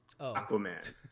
Aquaman